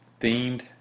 Themed